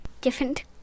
Different